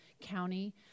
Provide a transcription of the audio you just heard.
county